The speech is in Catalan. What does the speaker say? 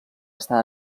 està